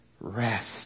rest